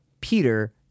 Peter